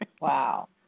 Wow